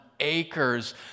Acres